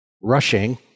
rushing